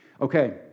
Okay